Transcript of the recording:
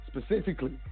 Specifically